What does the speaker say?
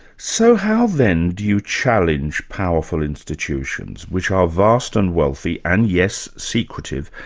so how then do you challenge powerful institutions, which are vast and wealthy, and yes, secretive,